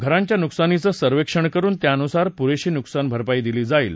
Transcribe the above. घरांच्या नुकसानीचं सर्वेक्षण करुन त्यानुसार पुरेशी नुकसान भरपाई दिली जाईल